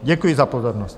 Děkuji za pozornost.